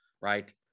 right